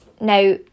Now